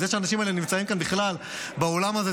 זה שהאנשים האלה נמצאים כאן בכלל באולם הזה,